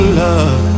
love